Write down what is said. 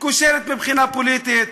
כושלת מבחינה פוליטית,